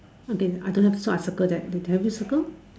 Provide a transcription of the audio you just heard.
okay I don't have so I circle that have you circle